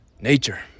nature